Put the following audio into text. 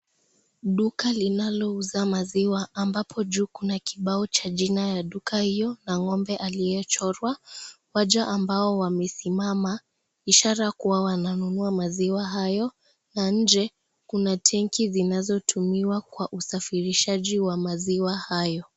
Duka linalouza maziwa ambapo juu kuna kibao cha jina ya duka hiyo na ng'ombe aliyechorwa. Waja ambao wamesimama ishara kuwa, wananunua maziwa hayo na nje, kuna tanki zinazotumiwa kwa usafirishaji wa maziwa hayo.